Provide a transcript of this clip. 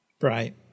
Right